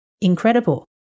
incredible